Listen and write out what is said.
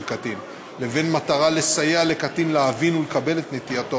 קטין לבין מטרה לסייע לקטין להבין ולקבל את נטייתו